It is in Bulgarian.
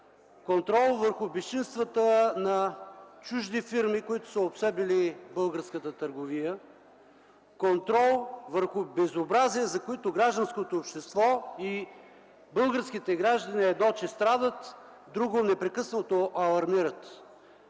контрол върху безчинствата на чужди фирми, които са обсебили българската търговия, контрол върху безобразия, за които гражданското общество и българските граждани – едно, че страдат, друго – непрекъснато алармират.